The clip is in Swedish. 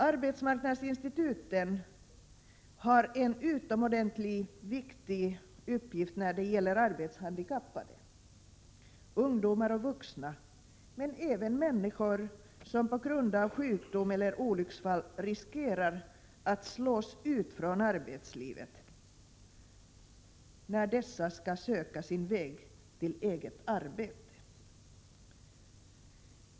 Arbetsmarknadsinstituten har en utomordentligt viktig uppgift när det gäller arbetshandikappade — ungdomar och vuxna — men även människor som på grund av sjukdom eller olycksfall riskerar att slås ut från arbetslivet, när de skall söka sin väg till eget arbete.